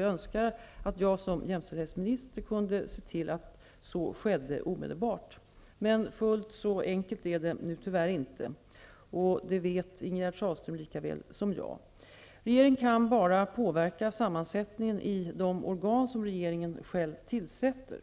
Jag önskar att jag som jämställdhetsminister kunde se till att så skedde omedelbart. Men fullt så enkelt är det nu tyvärr inte. Det vet Ingegerd Sahlström lika väl som jag. Regeringen kan bara påverka sammansättningen i de organ som regeringen själv tillsätter.